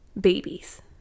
babies